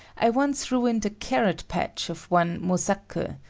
i once ruined a carrot patch of one mosaku.